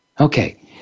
Okay